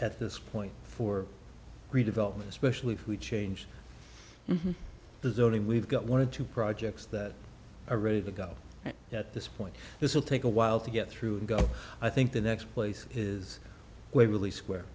at this point for redevelopment especially if we change the zoning we've got one of two projects that are ready to go at this point this will take a while to get through and go i think the next place is we're really square